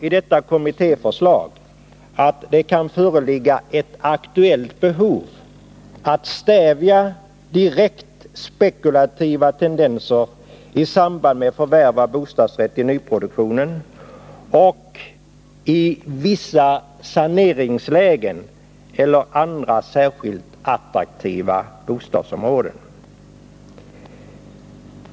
I kommittéförslaget sägs också att det föreligger ett aktuellt behov av att stävja direkt spekulativa tendenser i samband med förvärv av bostadsrätt i nyproduktionen, i vissa saneringsområden eller i andra attraktiva bostadsområden.